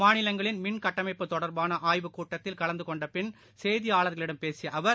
மாநிலங்களின் மின் கட்டமைப்பு தொடர்பானஆய்வு கூட்டத்தில் கலந்துகொண்டபின் செய்தியாளர்களிடம் பேசியஅவர்